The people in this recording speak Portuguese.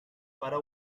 para